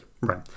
right